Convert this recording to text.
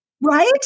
Right